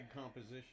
composition